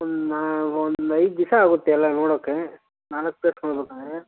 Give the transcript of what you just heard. ಒಂದು ನಾ ಒಂದು ಐದು ದಿವ್ಸ ಆಗುತ್ತೆ ಎಲ್ಲ ನೋಡೋಕ್ಕೆ ನಾಲ್ಕು ಪ್ಲೇಸ್ ನೋಡ್ಬೇಕು ಅಂದರೆ